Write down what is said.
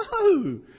No